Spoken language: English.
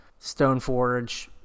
Stoneforge